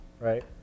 right